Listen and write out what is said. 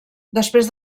després